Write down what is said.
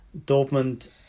Dortmund